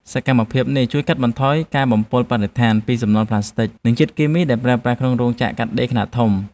សកម្មភាពនេះជួយកាត់បន្ថយការបំពុលបរិស្ថានពីសំណល់ប្លាស្ទិក និងជាតិគីមីដែលប្រើប្រាស់ក្នុងរោងចក្រកាត់ដេរខ្នាតធំ។